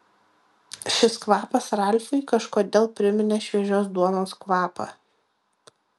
šis kvapas ralfui kažkodėl priminė šviežios duonos kvapą